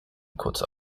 kurzer